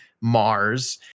Mars